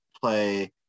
play